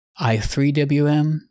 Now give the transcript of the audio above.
i3WM